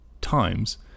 times